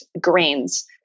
grains